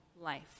life